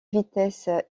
vitesse